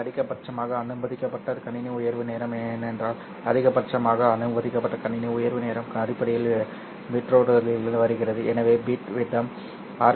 பிடி அதிகபட்சமாக அனுமதிக்கப்பட்ட கணினி உயர்வு நேரம் என்றால் அதிகபட்சமாக அனுமதிக்கப்பட்ட கணினி உயர்வு நேரம் அடிப்படையில் பிட்ரேட்டுகளிலிருந்து வருகிறது எனவே பிட் வீதம் ஆர்